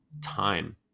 time